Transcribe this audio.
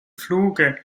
fluge